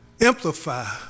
amplify